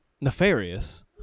nefarious